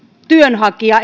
työnhakija